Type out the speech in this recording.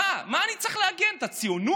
מה, על מה אני צריך להגן, על הציונות?